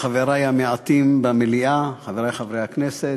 חברי המעטים במליאה, חברי חברי הכנסת,